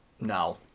No